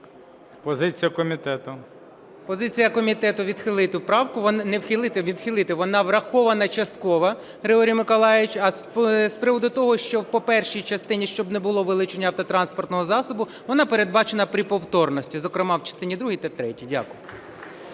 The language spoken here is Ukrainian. Позиція комітету - відхилити правку… Не відхилити, вона врахована частково, Григорій Миколайович. А з приводу того, що по першій частині, щоб не було вилучення автотранспортного засобу, вона передбачена при повторності, зокрема в частині другій та третій. Дякую.